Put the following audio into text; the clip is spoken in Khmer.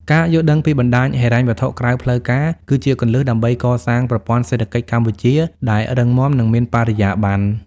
ការយល់ដឹងពីបណ្ដាញហិរញ្ញវត្ថុក្រៅផ្លូវការ គឺជាគន្លឹះដើម្បីកសាងប្រព័ន្ធសេដ្ឋកិច្ចកម្ពុជាដែលរឹងមាំ និងមានបរិយាបន្ន។